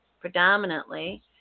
predominantly